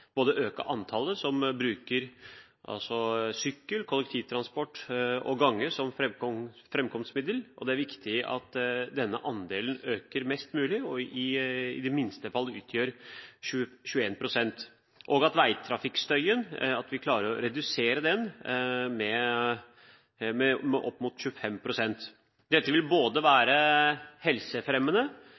antallet som bruker sykkel, gange og kollektivtransport som framkomstmiddel. Det er viktig at denne andelen øker mest mulig og i det minste utgjør 21 pst., og at vi klarer å redusere veitrafikkstøyen med opp mot 25 pst. Dette vil være helsefremmende,